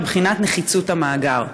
לבחינת נחיצות המאגר,